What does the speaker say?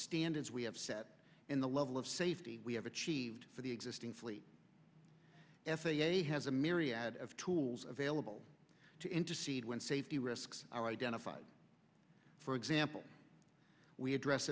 standards we have set in the level of safety we have achieved for the existing fleet f a a has a myriad of tools available to intercede when safety risks are identified for example we address